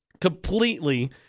completely